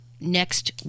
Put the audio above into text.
next